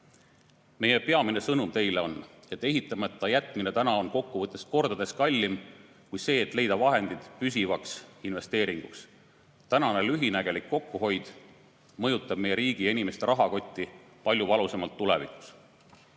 peamine sõnum teile on, et ehitamata jätmine täna on kokkuvõttes kordades kallim kui see, et leida vahendid püsivaks investeeringuks. Tänane lühinägelik kokkuhoid mõjutab meie riigi ja inimeste rahakotti tulevikus